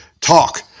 talk